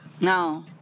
No